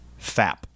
fap